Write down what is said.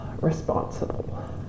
responsible